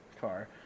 car